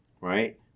right